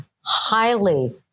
highly